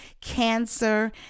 cancer